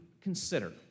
consider